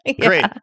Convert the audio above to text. Great